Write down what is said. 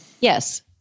Yes